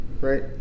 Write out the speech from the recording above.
right